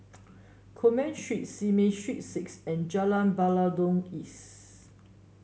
Coleman Street Simei Street Six and Jalan Batalong East